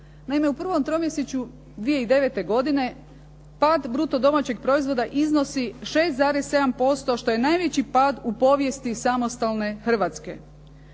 Naime, u prvom tromjesečju 2009. godine pad bruto domaćeg proizvoda iznosi 6,7% što je najveći pad u povijesti samostalne Hrvatske.